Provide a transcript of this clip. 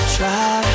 Try